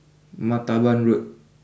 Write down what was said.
Martaban Road